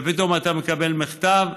ופתאום אתה מקבל מכתב,